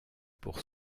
pour